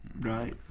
right